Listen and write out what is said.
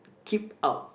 keep out